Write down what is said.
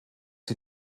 sie